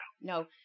No